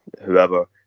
whoever